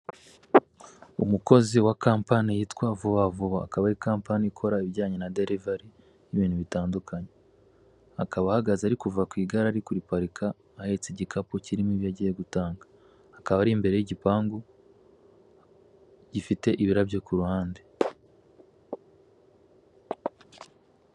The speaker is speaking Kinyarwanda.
Umukozi wa company yitwa vuba vuba, akaba ari campany ikora ibijyanye na delvary yibintu bitandukanye, akaba ahagaze ari kuva ku igare ari kuri parika, ahetse igikapu kirimo ibyo agiye gutanga, akaba ari imbere y'igipangu gifite ibirabyo ku ruhande.